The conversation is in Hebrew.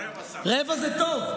רבע זה טוב.